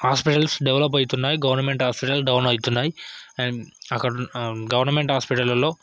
hospitals develop అవుతున్నాయి government hospitals down అవుతున్నాయి and అక్కడ ఉన్న గవర్నమెంట్ హాస్పిటళ్ళల్లో